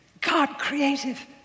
God-creative